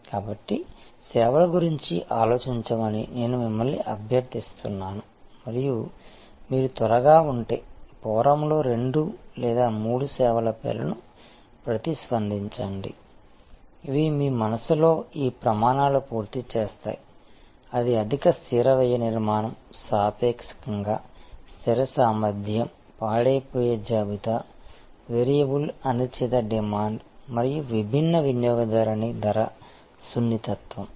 కాబట్టి అటువంటి సేవల గురించి ఆలోచించమని నేను మిమ్మల్ని అభ్యర్థిస్తున్నాను మరియు మీరు త్వరగా ఉంటే ఫోరమ్లో రెండు లేదా మూడు సేవల పేర్లను ప్రతిస్పందించండి ఇవి మీ మనస్సులో ఈ ప్రమాణాలను పూర్తి చేస్తాయి అది అధిక స్థిర వ్యయ నిర్మాణం సాపేక్షంగా స్థిర సామర్థ్యం పెరిషబుల్ జాబితా వేరియబుల్ అనిశ్చిత డిమాండ్ మరియు విభిన్న వినియోగదారుని ధర సున్నితత్వం